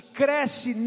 cresce